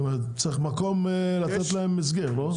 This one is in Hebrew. זאת אומרת, צריך מקום לתת להם הסגר לא?